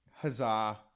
Huzzah